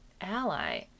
ally